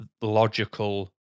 logical